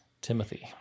Timothy